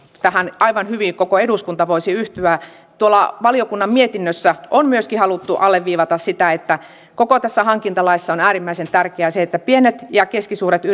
tähän aivan hyvin koko eduskunta voisi yhtyä valiokunnan mietinnössä on myöskin haluttu alleviivata sitä että koko tässä hankintalaissa on äärimmäisen tärkeää se että pienillä ja keskisuurilla